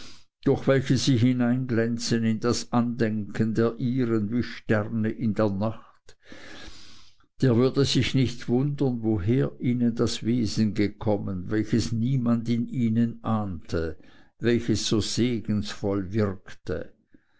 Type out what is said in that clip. durch welche sie hineinglänzen in das andenken der ihren wie sterne in die nacht der würde sich nicht wundern woher ihnen das wesen gekommen welches niemand in ihnen ahnte welches so segensvoll wirkte